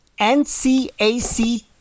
NCAC